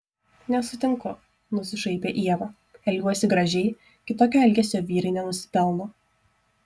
nesutinku nusišaipė ieva elgiuosi gražiai kitokio elgesio vyrai nenusipelno